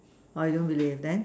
I don't believe then